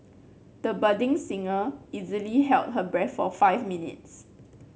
the budding singer easily held her breath for five minutes